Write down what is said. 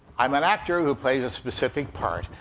i'm an actor who plays a specific part.